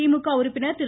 திமுக உறுப்பினர் திரு